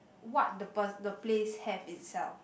what the per~ the place have itself